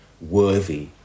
worthy